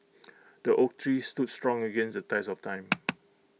the oak tree stood strong against the test of time